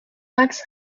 max